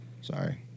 Sorry